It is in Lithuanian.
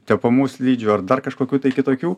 tepamų slidžių ar dar kažkokių tai kitokių